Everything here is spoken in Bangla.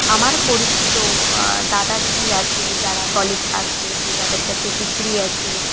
আমার পরিচিত দাদা দিদি আছে যারা কলেজ পাশ করেছে যাদের কাছে ডিগ্রি আছে